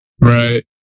right